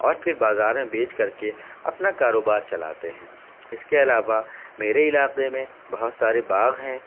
اور پھر بازار میں بیچ کر کے اپنا کاروبار چلاتے ہیں اس کے علاوہ میرے علاقے میں بہت سارے باغ ہیں